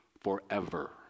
forever